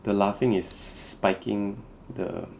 the laughing is spiking the